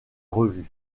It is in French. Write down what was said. revue